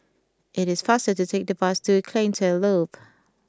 it is faster to take the bus to Cleantech Loop